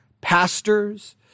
pastors